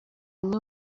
umwe